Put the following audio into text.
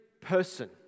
person